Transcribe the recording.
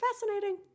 fascinating